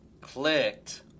clicked